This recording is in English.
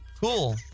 Cool